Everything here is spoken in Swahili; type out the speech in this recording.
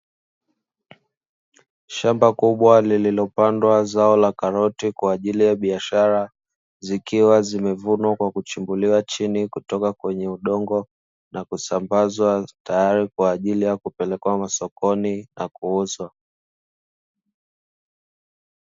Shamba kubwa lililopandwa zao la karoti kwa ajili ya biashara zikiwa zimevunwa Chini kutoka kwenye udongo na kusambazwa tayari kwa Kupelekwa masokoni na kuuzwa.